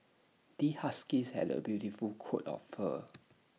this husky has A beautiful coat of fur